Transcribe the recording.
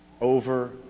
over